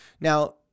Now